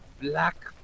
Black